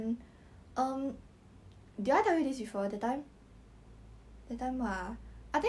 the boyfriend was like holding the guy's hand say bro don't like that don't like that 他什么都没有做 don't like what